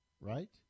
right